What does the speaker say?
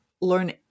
learn